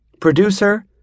Producer